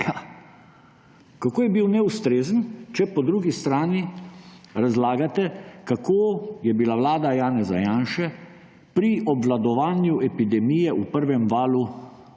Kako je bil neustrezen, če po drugi strani razlagate, kako je bila vlada Janeza Janše pri obvladovanju epidemije v prvem valu